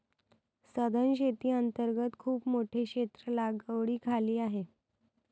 सधन शेती अंतर्गत खूप मोठे क्षेत्र लागवडीखाली आहे